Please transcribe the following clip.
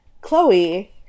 chloe